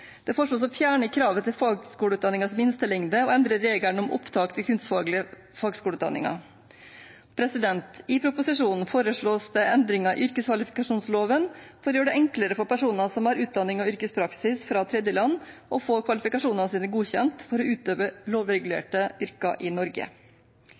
Det foreslås også å fjerne kravet til fagskoleutdanningens minstelengde og å endre regelen om opptak til kunstfaglige fagskoleutdanninger. I proposisjonen foreslås det endringer i yrkeskvalifikasjonsloven for å gjøre det enklere for personer som har utdanning og yrkespraksis fra tredjeland, å få kvalifikasjonene sine godkjent for å utøve